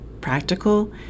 practical